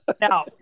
Now